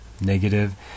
negative